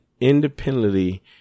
independently